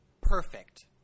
Perfect